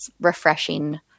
refreshing